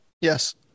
Yes